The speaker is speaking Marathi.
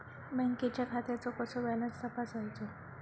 बँकेच्या खात्याचो कसो बॅलन्स तपासायचो?